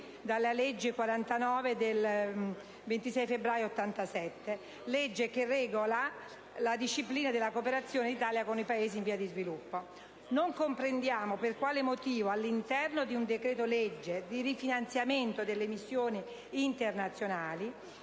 dalla legge 26 febbraio 1987, n. 49, legge che regola la disciplina della cooperazione dell'Italia con i Paesi in via di sviluppo. Non comprendiamo per quale motivo all'interno di un decreto-legge di rifinanziamento delle missioni internazionali